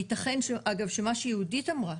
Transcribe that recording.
ייתכן שמה שיהודית אמרה,